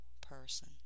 person